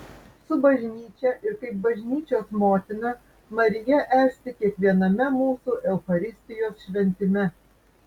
su bažnyčia ir kaip bažnyčios motina marija esti kiekviename mūsų eucharistijos šventime